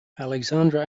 alexandra